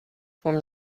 form